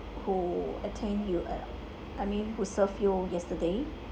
who attend you uh I mean who served you yesterday